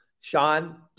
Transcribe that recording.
Sean